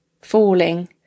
falling